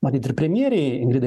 matyt ir premjerei ingridai